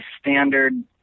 standard